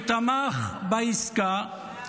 הוא תמך בעסקה,